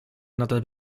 andata